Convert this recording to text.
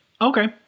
Okay